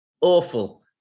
awful